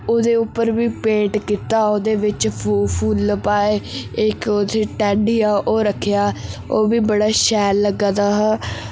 ओह्दे उप्पर बी पेंट कीत्ता ओह्दे बिच फु फुल्ल पाए इक उत्थै टैड्डी हा ओह् रक्खेआ ओह् बी बड़ा शैल लग्गा दा हा